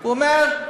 הוא אומר: